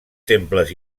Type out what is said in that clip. temples